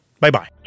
Bye-bye